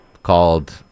called